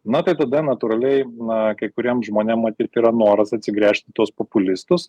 na tai tada natūraliai na kai kuriems žmonėms matyt yra noras atsigręžti į tuos populistus